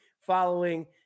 following